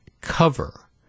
cover